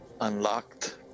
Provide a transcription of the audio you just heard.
Unlocked